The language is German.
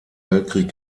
weltkrieg